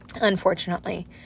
unfortunately